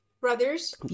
brothers